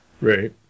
Right